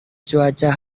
cuaca